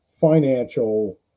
financial